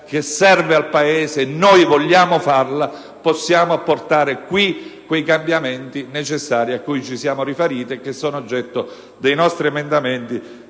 che serva al Paese, e vogliamo farla, possiamo apportare qui i cambiamenti necessari a cui ci siamo riferiti e che sono oggetto dei nostri emendamenti,